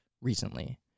recently